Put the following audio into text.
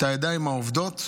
את הידיים העובדות,